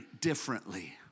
differently